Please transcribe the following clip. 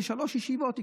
בשלוש ישיבות.